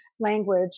language